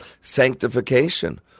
sanctification